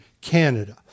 Canada